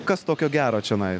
kas tokio gero čionai